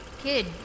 kid